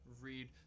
read